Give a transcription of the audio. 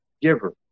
giver